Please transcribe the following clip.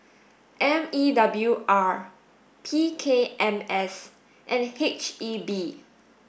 M E W R P K M S and H E B